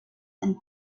and